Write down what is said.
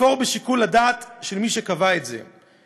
לכפור בשיקול הדעת של מי שקבע את זה.